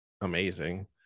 amazing